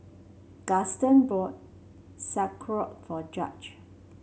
Gaston bought Sauerkraut for Judge